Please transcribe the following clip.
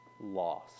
lost